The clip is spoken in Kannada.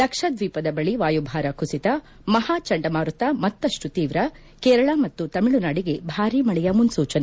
ಲಕ್ಷದ್ವೀಪದ ಬಳಿ ವಾಯುಭಾರ ಕುಸಿತ ಮಹಾ ಚಂಡಮಾರುತ ಮತ್ತಷ್ನು ತೀವ್ರ ಕೇರಳ ಮತ್ತು ತಮಿಳುನಾಡಿಗೆ ಭಾರೀ ಮಳೆಯ ಮುನ್ನೂ ಚನೆ